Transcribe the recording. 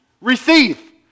receive